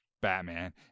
Batman